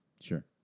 Sure